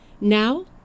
Now